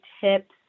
tips